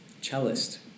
cellist